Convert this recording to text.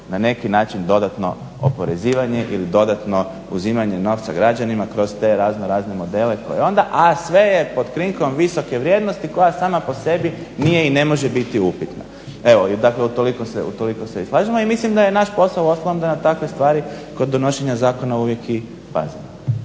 na neki način dodatno oporezivanje ili dodatno uzimanje novca građanima kroz te raznorazne modele, a sve je pod krinkom visoke vrijednosti koja sama po sebi nije i ne može biti upitna. Evo, utoliko se slažemo. I mislim da je naš posao uostalom da na takve stvari kod donošenja zakona uvijek i pazimo.